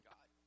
God